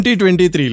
2023